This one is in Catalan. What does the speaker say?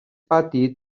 pati